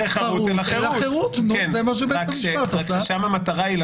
הדבר הזה שבג"ץ דן הוא אנומליה ולכן כמובן